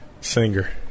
singer